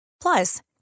Plus